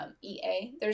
E-A